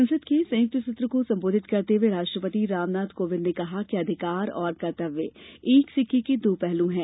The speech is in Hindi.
संसद के संयुक्त सत्र को संबोधित करते हुए राष्ट्रपति रामनाथ कोविंद ने कहा कि अधिकार और कर्तव्य एक सिक्के के दो पहलू हैं